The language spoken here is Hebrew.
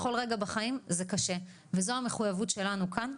בכל רגע בחיים זה קשה וזו המחויבות שלנו כאן.